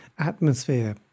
Atmosphere